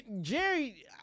Jerry